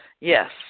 Yes